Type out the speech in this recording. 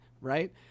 Right